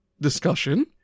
discussion